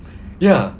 ya